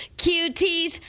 cuties